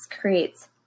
creates